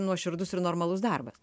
nuoširdus ir normalus darbas